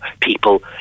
people